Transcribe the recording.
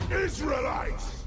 Israelites